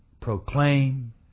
proclaim